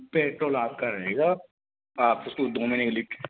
petrol आपका रहेगा आप उसको दो महीने के लिए